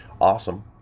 awesome